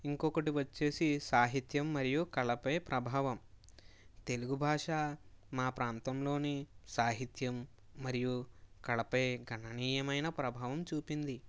ఇంకొకటి వచ్చేసి సాహిత్యం మరియు కళ పై ప్రభావం తెలుగు భాష మా ప్రాంతంలోని సాహిత్యం మరియు కళ పై గణనీయమైన ప్రభావం చూపింది